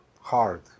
hard